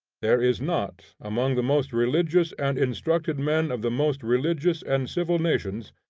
there is not, among the most religious and instructed men of the most religious and civil nations,